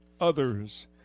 others